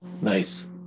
nice